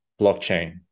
blockchain